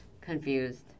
confused